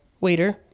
waiter